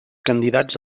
candidats